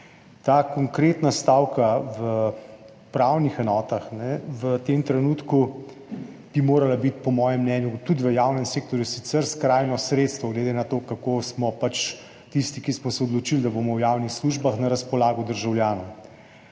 Ta konkretna stavka v upravnih enotah v tem trenutku bi morala biti po mojem mnenju tudi v javnem sektorju sicer skrajno sredstvo, glede na to, kako smo pač tisti, ki smo se odločili, da bomo v javnih službah, na razpolago državljanom.